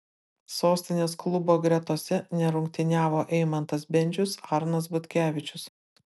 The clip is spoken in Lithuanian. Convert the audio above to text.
sostinės klubo gretose nerungtyniavo eimantas bendžius arnas butkevičius